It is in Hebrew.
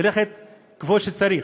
ללכת כמו שצריך.